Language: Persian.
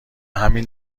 همین